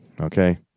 Okay